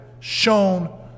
shown